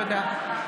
פרבדה.